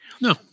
No